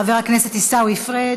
חבר הכנסת עיסאווי פריג'